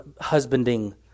husbanding